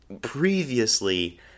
previously